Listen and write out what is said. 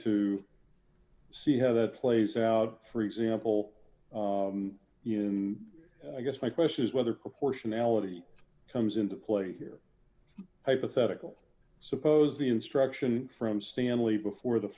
to see how that plays out for example in i guess my question is whether proportionality comes into play here hypothetical suppose the instruction from stanley before the